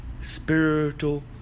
spiritual